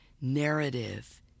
narrative